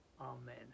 Amen